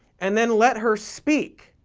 and then let her speak.